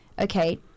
Okay